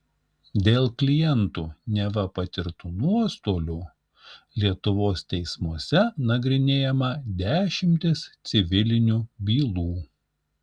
dėl klientų neva patirtų nuostolių lietuvos teismuose nagrinėjama dešimtys civilinių bylų